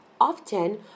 Often